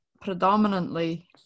predominantly